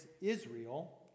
Israel